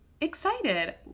excited